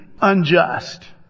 unjust